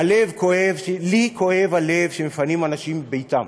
הלב כואב, לי כואב הלב שמפנים אנשים מביתם,